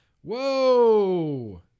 Whoa